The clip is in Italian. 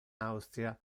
austria